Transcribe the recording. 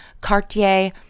Cartier